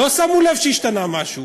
לא שמו לב שהשתנה משהו,